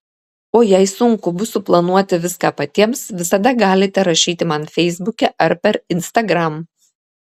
o jei sunku bus suplanuoti viską patiems visada galite rašyti man feisbuke ar per instagram